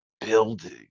building